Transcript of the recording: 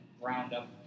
ground-up